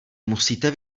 musíte